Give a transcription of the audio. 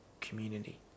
community